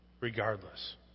Regardless